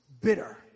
bitter